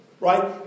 right